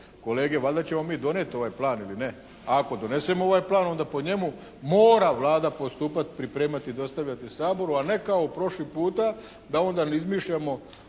Kolege valjda ćemo mi donijet ovaj plan ili ne, ako donesemo ovaj plan onda po njemu mora Vlada postupati, pripremati i dostavljati Saboru a ne kao prošli puta da onda ne izmišljamo